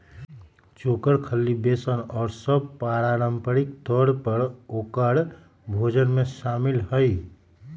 चोकर, खल्ली, बेसन और सब पारम्परिक तौर पर औकर भोजन में शामिल हई